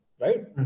right